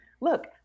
look